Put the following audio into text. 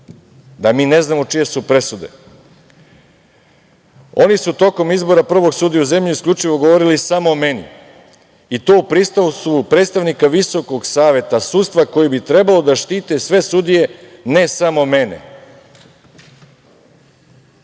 da mi ne znamo čije su presude.„Oni su tokom izbora prvog sudije u zemlji isključivo govorili samo o meni, i to u prisustvu predstavnika VSS koji bi trebao da štiti sve sudije, ne samo mene“.